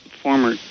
former